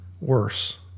Worse